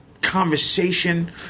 conversation